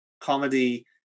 comedy